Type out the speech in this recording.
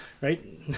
right